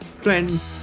trends